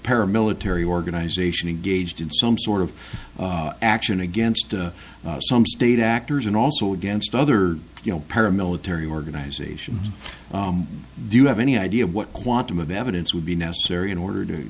paramilitary organization engaged in some sort of action against some state actors and also against other you know paramilitary organizations do you have any idea of what quantum of evidence would be necessary in order to